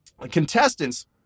contestants